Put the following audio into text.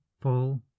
Paul